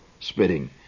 spitting